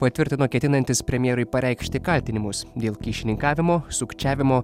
patvirtino ketinantis premjerui pareikšti kaltinimus dėl kyšininkavimo sukčiavimo